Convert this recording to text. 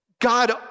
God